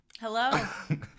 Hello